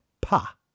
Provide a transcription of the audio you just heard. pa